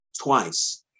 twice